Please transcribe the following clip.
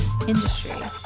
Industry